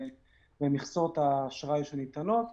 במכסות האשראי שניתנות.